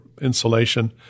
insulation